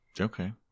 okay